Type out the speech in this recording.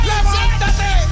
Levántate